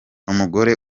umugore